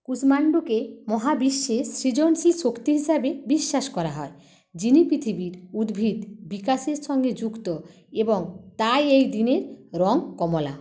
কুষ্মাণ্ডুকে মহাবিশ্বের সৃজনশীল শক্তি হিসাবে বিশ্বাস করা হয় যিনি পৃথিবীর উদ্ভিদ বিকাশের সঙ্গে যুক্ত এবং তাই এই দিনের রঙ কমলা